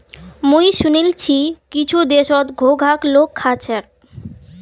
मुई सुनील छि कुछु देशत घोंघाक लोग खा छेक